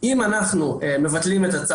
אם אנחנו מבטלים את הזה